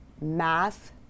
math